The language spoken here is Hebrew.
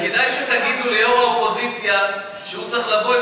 יו"ר האופוזיציה הלך?